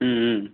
হ্যাঁ